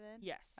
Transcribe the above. Yes